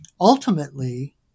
ultimately